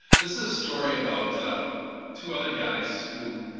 this is story about two other guys who